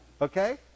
okay